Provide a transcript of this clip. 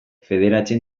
federatzen